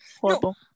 Horrible